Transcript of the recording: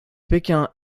pékin